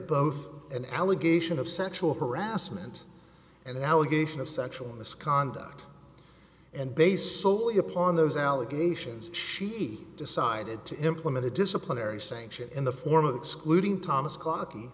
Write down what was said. both an allegation of sexual harassment and an allegation of sexual misconduct and based solely upon those allegations she decided to implement a disciplinary sanction in the form of excluding thomas clocky